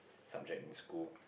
subject in school